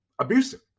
abusive